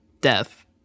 death